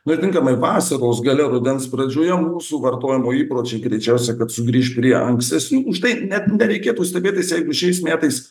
na ir tinkamai vasaros gale rudens pradžioje mūsų vartojimo įpročiai greičiausiai kad sugrįš prie ankstesnių už tai net nereikėtų stebėtis jeigu šiais metais